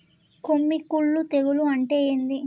కొమ్మి కుల్లు తెగులు అంటే ఏంది?